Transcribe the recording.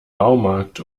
baumarkt